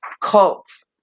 Cults